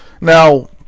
Now